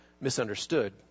misunderstood